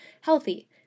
healthy